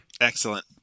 Excellent